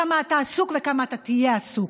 כמה אתה עסוק וכמה תהיה עסוק.